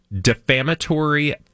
Defamatory